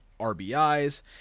RBIs